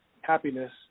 happiness